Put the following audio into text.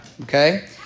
Okay